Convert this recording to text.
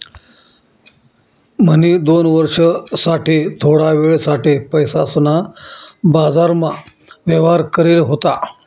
म्हणी दोन वर्ष साठे थोडा वेळ साठे पैसासना बाजारमा व्यवहार करेल होता